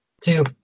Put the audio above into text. Two